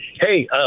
Hey